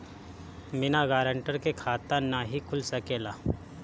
बिना गारंटर के खाता नाहीं खुल सकेला?